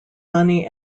money